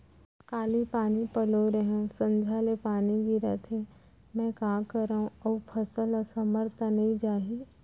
काली पानी पलोय रहेंव, संझा ले पानी गिरत हे, मैं का करंव अऊ फसल असमर्थ त नई जाही?